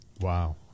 Wow